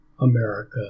America